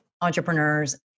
entrepreneurs